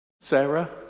Sarah